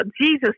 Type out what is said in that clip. Jesus